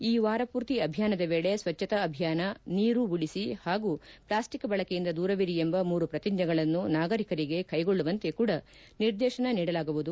ಈ ವಾರಪೂರ್ತಿ ಅಭಿಯಾನದ ವೇಳೆ ಸ್ವಚ್ಛತಾ ಅಭಿಯಾನ ನೀರು ಉಳಿಸಿ ಹಾಗೂ ಪ್ಲಾಸ್ಟಿಕ್ ಬಳಕೆಯಿಂದ ದೂರವಿರಿ ಎಂಬ ಮೂರು ಪ್ರತಿಜ್ಞೆಗಳನ್ನು ನಾಗರಿಕರಿಗೆ ಕೈಗೊಳ್ಳುವಂತೆ ಕೂಡ ನಿರ್ದೇಶನ ನೀಡಲಾಗುವುದು